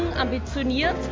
ambitioniert